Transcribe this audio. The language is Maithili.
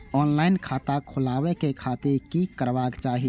ऑनलाईन खाता खोलाबे के खातिर कि करबाक चाही?